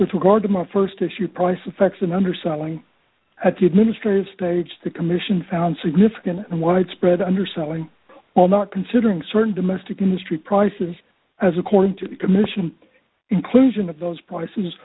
with regard to my st issue price of facts and underselling at the administrative stage the commission found significant and widespread underselling all not considering certain domestic industry prices as according to the commission inclusion of those prices